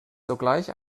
sogleich